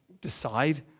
decide